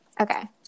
Okay